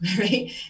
right